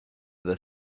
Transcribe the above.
the